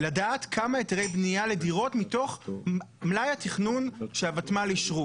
לדעת כמה היתרי בנייה לדירות מתוך מלאי התכנון שהוותמ"ל אישרו.